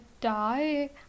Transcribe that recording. die